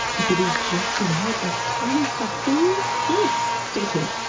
is it ejected out like tiny harpoons! ohhh stay tuned.